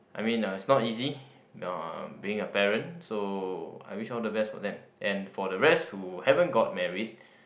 I mean uh it's not easy being a parent so I wish all the best for them and for the rest who haven't got married